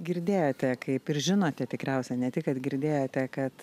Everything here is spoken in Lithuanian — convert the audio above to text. girdėjote kaip ir žinote tikriausia ne tik kad girdėjote kad